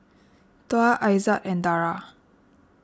Tuah Aizat and Dara